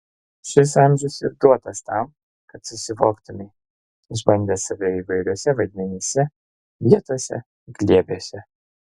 šis amžius ir duotas tam kad susivoktumei išbandęs save įvairiuose vaidmenyse vietose glėbiuose